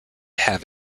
have